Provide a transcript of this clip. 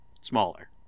smaller